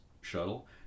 shuttle